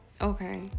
Okay